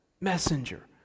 messenger